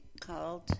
called